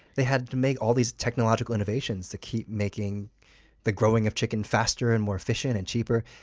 they had to make all these technological innovations to keep making the growing of chicken faster, and more efficient and cheaper.